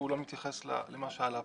והוא לא מתייחס למה שעלה פה.